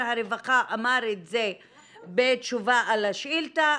הרווחה אמר את זה בתשובה על השאילתה,